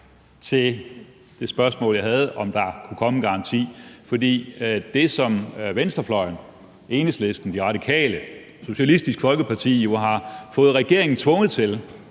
til det spørgsmål, jeg havde, altså om der kunne komme en garanti. For det, som venstrefløjen, Enhedslisten, De Radikale og Socialistisk Folkeparti, jo har fået regeringen tvunget til,